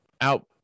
out